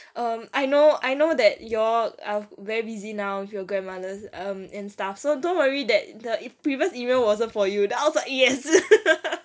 um I know I know that y'all are very busy now with your grandmother um and stuff so don't worry that the if previous email wasn't for you then I was like yes